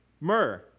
myrrh